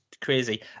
crazy